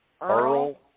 Earl